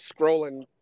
scrolling